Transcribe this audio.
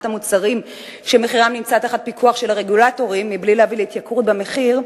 המוצרים שמחירם נמצא תחת פיקוח של הרגולטורים בלי להביא להתייקרות במחיר,